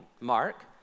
Mark